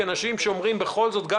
כי אנשים שומרים בכל זאת על סוג של ריחוק,